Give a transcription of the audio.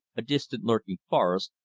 a distant lurking forest,